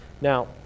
Now